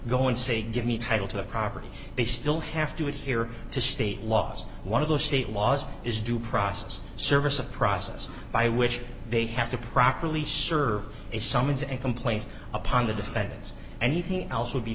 going say give me title to the property they still have to adhere to state laws one of the state laws is due process service a process by which they have to properly serve a summons and complaint upon the defendants anything else would be